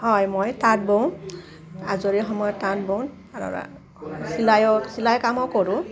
হয় মই তাঁত বওঁ আজৰি সময়ত তাঁত বওঁ চিলাইও চিলাই কামো কৰোঁ